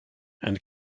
and